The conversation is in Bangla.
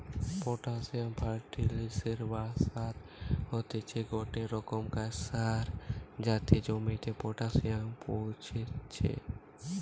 পটাসিয়াম ফার্টিলিসের বা সার হতিছে গটে রোকমকার সার যাতে জমিতে পটাসিয়াম পৌঁছাত্তিছে